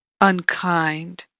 unkind